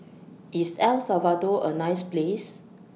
IS El Salvador A nice Place